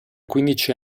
quindici